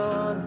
on